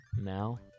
now